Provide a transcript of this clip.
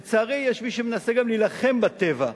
לצערי, יש מי שמנסה גם להילחם בטבע.